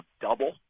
double